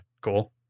Cool